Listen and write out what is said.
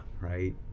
Right